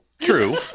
true